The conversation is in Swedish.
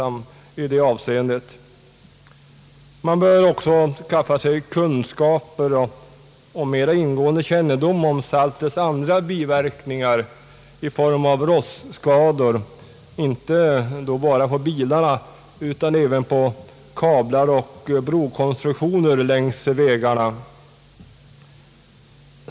Man bör också skaffa sig kunskaper och mera ingående kännedom om saltets andra biverkningar i form av rostskador, inte bara på bilarna utan även på kablar och brokonstruktioner längs vägarna.